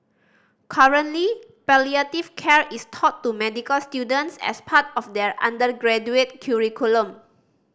currently palliative care is taught to medical students as part of their undergraduate curriculum